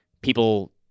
people